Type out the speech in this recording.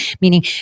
Meaning